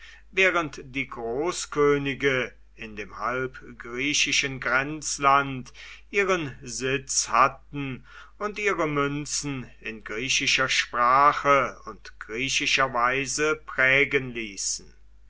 während die großkönige in dem halb griechischen grenzland ihren sitz hatten und ihre münzen in griechischer sprache und griechischer weise prägen ließen